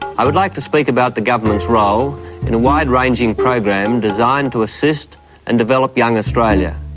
i would like to speak about the government's role in a wide-ranging program designed to assist and develop young australia.